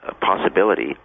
possibility